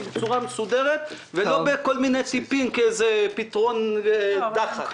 בצורה מסודרת ולא בכל מיני פתרון דחק.